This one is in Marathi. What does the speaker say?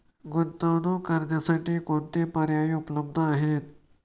गुंतवणूक करण्यासाठी कोणते पर्याय उपलब्ध आहेत?